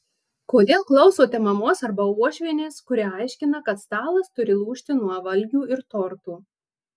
kodėl klausote mamos arba uošvienės kuri aiškina kad stalas turi lūžti nuo valgių ir tortų